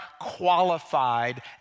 qualified